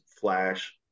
Flash